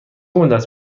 مدت